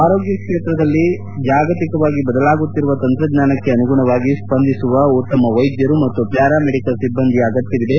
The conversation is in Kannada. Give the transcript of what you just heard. ಆರೋಗ್ಯ ಕ್ಷೇತ್ರದಲ್ಲಿ ಜಾಗತಿಕವಾಗಿ ಬದಲಾಗುತ್ತಿರುವ ತಂತ್ರಜ್ಞಾನಕ್ಕೆ ಅನುಗುಣವಾಗಿ ಸ್ಪಂದಿಸುವ ಉತ್ತಮ ವೈದ್ಯರು ಮತ್ತು ಪ್ವಾರಾಮೆಡಿಕಲ್ ಸಿಬ್ಲಂದಿಗಳ ಅಗತ್ವವಿದೆ